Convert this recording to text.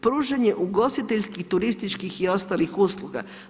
Pružanje ugostiteljskih, turističkih i ostalih usluga.